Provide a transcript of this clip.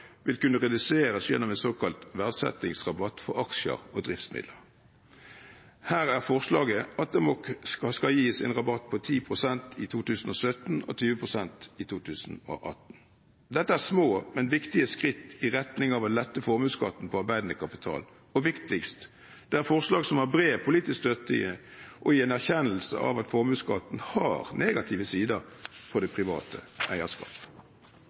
vil kunne reduseres gjennom en såkalt verdsettingsrabatt for aksjer og driftsmidler. Her er forslaget at det skal gis en rabatt på 10 pst. i 2017 og 20 pst. i 2018. Dette er små, men viktige skritt i retning av å lette formuesskatten på arbeidende kapital. Og viktigst: Det er forslag som har bred politisk støtte, og det er en erkjennelse av at formuesskatten har negative sider for det private eierskapet.